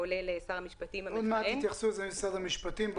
כולל שר המשפטים המכהן --- עוד מעט משרד המשפטים יתייחסו לזה.